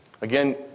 Again